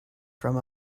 from